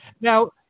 Now